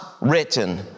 written